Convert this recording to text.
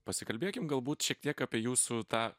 pasikalbėkim galbūt šiek tiek apie jūsų tą